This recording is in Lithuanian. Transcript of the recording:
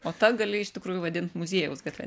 o ta gali iš tikrųjų vadint muziejaus gatve